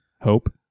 Hope